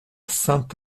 saint